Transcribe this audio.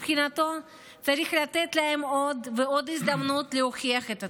מבחינתו צריך לתת להם עוד ועוד הזדמנויות להוכיח את עצמם.